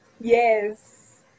Yes